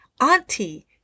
auntie